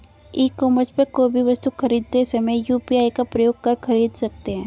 ई commerce पर कोई भी वस्तु खरीदते समय यू.पी.आई का प्रयोग कर खरीद सकते हैं